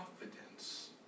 confidence